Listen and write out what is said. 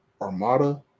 Armada